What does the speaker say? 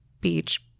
beach